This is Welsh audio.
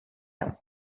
iawn